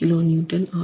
42kN ஆகும்